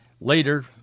later